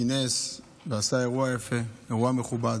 כינס ועשה אירוע יפה, אירוע מכובד,